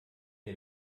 der